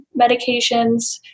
medications